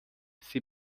sie